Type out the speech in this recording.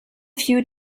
few